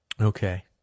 Okay